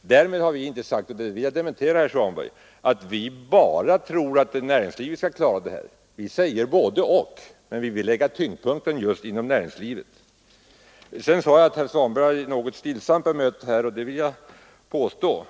Däremot har vi inte sagt — det vill jag dementera, herr Svanberg — att vi tror att näringslivet ensamt skall klara detta. Vi säger både—och, men vi vill lägga huvudvikten vid näringslivet. Jag har redan sagt att herr Svanberg bemötte mig stillsamt, och det vidhåller jag.